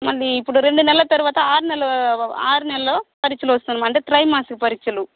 మళ్ళీ ఇప్పుడు రెండు నెలల తర్వాత ఆరు నెలలు ఆరు నెలలు పరీక్షలొ అంటే త్రైమాసిక పరీక్షలు